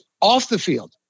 off-the-field